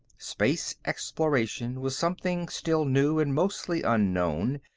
space exploration was something still new and mostly unknown,